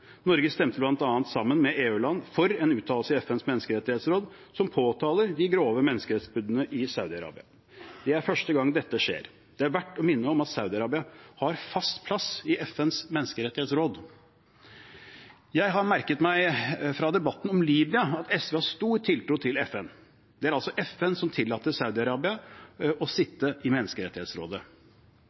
Norge stemte bl.a. sammen med EU-land for en uttalelse i FNs menneskerettighetsråd som påtaler de grove menneskerettighetsbruddene i Saudi-Arabia. Det er første gang dette skjer. Det er verdt å minne om at Saudi-Arabia har fast plass i FNs menneskerettighetsråd. Jeg har merket meg fra debatten om Libya at SV har stor tiltro til FN. Det er altså FN som tillater Saudi-Arabia å sitte i Menneskerettighetsrådet.